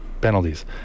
penalties